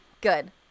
Good